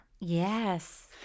Yes